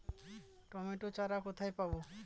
Tomato চারা কোথায় পাবো?